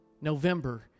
November